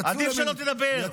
עדיף שלא תדבר.